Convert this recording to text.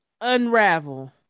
unravel